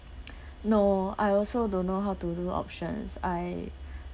no I also don't know how to do options I